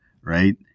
right